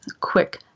quick